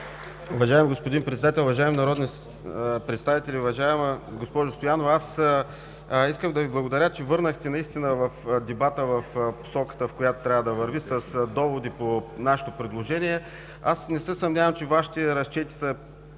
Уважаеми господин Председател, уважаеми народни представители! Уважаема госпожо Стоянова, искам да Ви благодаря, че върнахте дебата в посоката, в която трябва да върви, с доводи по нашето предложение. Не се съмнявам, че Вашите разчети са